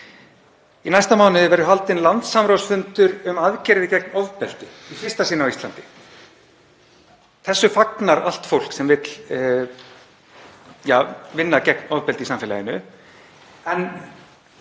Í næsta mánuði verður haldinn samráðsfundur um aðgerðir gegn ofbeldi í fyrsta sinn á Íslandi. Þessu fagnar allt fólk sem vill vinna gegn ofbeldi í samfélaginu.